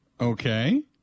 Okay